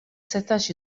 setax